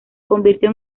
convirtió